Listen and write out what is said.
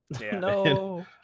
No